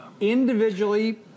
Individually